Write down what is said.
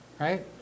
right